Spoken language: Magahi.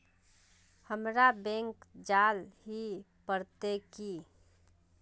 हमरा बैंक जाल ही पड़ते की?